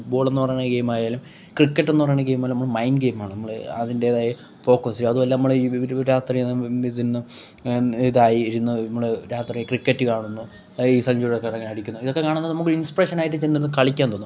ഫുട്ബോളെന്ന് പറയുന്ന ഗെയ്മായാലും ക്രിക്കറ്റെന്ന് പറയുന്ന ഗെയ്മയാലും നമ്മൾ മൈൻഡ് ഗെയിമാണ് നമ്മൾ അതിന്റെതായ ഫോക്കസും അതുമല്ല നമ്മളെ ഈ ഇതിന്ന് ഇതായി ഇരുന്നു നമ്മൾ രാത്രി ക്രിക്കറ്റ് കാണുന്നു ഈ സഞ്ചുറെ കറങ്ങി അടിക്കുന്നു ഇതൊക്കെ കാണുന്ന നമക്ക് ഒരു ഇൻസ്പിരേഷൻ ആയിട്ട് ചെന്നിരുന്ന് കളിക്കാൻ തോന്നും